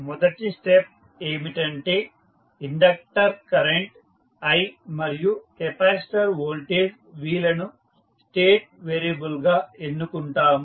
మొదటి స్టెప్ ఏమిటంటే inductor current i మరియు కెపాసిటర్ వోల్టేజ్ v లను స్టేట్ వేరియబుల్ గా ఎన్నుకుంటాము